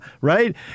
right